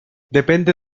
depende